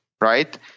right